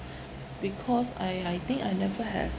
because I I think I never have